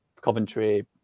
Coventry